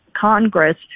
Congress